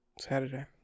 Saturday